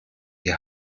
die